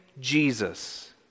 Jesus